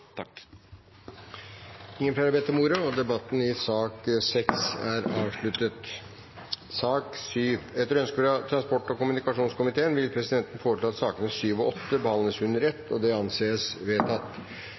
har ikke bedt om ordet til sak nr. 6. Etter ønske fra transport- og kommunikasjonskomiteen vil presidenten foreslå at sakene nr. 7 og 8 behandles under